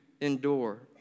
endure